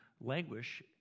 languish